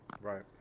Right